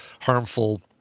harmful